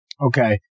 Okay